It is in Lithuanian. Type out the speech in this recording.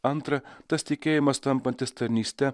antra tas tikėjimas tampantis tarnyste